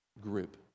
group